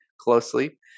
closely